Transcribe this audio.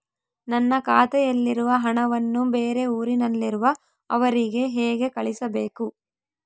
ನನ್ನ ಖಾತೆಯಲ್ಲಿರುವ ಹಣವನ್ನು ಬೇರೆ ಊರಿನಲ್ಲಿರುವ ಅವರಿಗೆ ಹೇಗೆ ಕಳಿಸಬೇಕು?